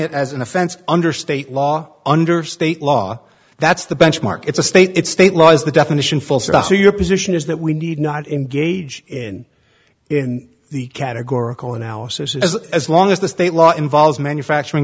it as an offense under state law under state law that's the benchmark it's a state it's state law is the definition full stop so your position is that we need not engage in in the categorical analysis is as long as the state law involves manufacturing